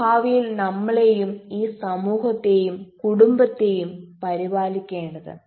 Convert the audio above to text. അവരാണ് ഭാവിയിൽ നമ്മളെയും ഈ സമൂഹത്തെയും കുടുംബത്തേയും പരിപാലിക്കേണ്ടത്